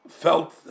felt